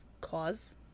cause